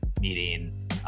meeting